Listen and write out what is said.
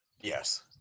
Yes